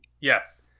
Yes